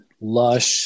lush